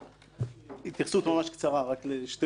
התייחסות ממש קצרה, לשתי נקודות.